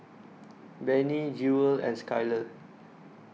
Benny Jewel and Skylar